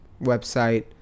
website